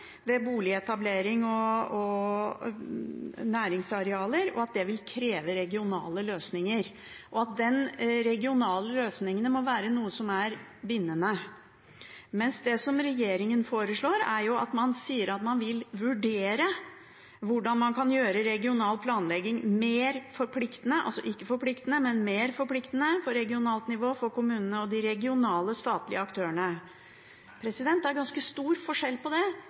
ved boligetablering og ved næringsarealer, vil kreve regionale løsninger, og at de regionale løsningene må være noe som er bindende, mens det som regjeringen foreslår, er å si at man vil vurdere hvordan man kan gjøre regional planlegging mer forpliktende – altså ikke forpliktende, men mer forpliktende – for regionalt nivå, for kommunene og for de regionale statlige aktørene. Det er ganske stor forskjell på det.